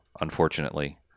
unfortunately